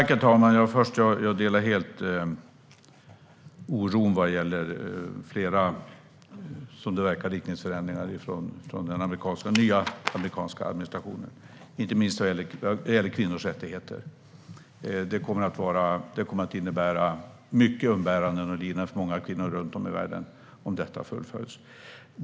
Herr talman! Jag delar helt oron vad gäller flera riktningsförändringar från den nya amerikanska administrationen, inte minst vad gäller kvinnors rättigheter. Det kommer att innebära många umbäranden och mycket lidande för många kvinnor runt om i världen om dessa fullföljs.